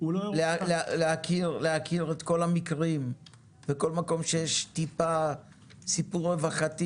להכיר את כל המקרים וכל מקום שיש טיפה סיפור רווחתי